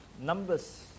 Numbers